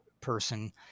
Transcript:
person